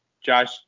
Josh